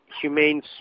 humane